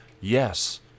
Yes